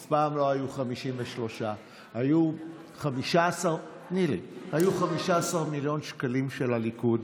אף פעם לא היו 53. היו 15 מיליון שקלים של הליכוד,